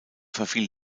verfiel